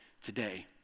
today